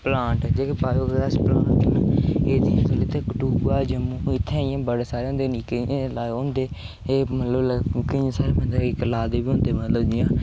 जेह्के bio gas plant न इत्थै कठुआ जम्मू इत्थै इ'यां बड़े सारे होंदे निक्के लाए दे होंदे एह् मतलब लाए दे बी होंदे माराज